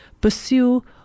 pursue